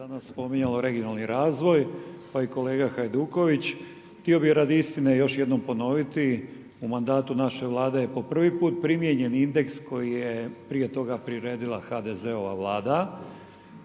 danas spominjalo regionalni razvoj pa i kolega Hajduković. Htio bih radi istine još jednom ponoviti, u mandatu naše Vlade je po prvi put primijenjen indeks koji je prije toga priredila HDZ-ova Vlada.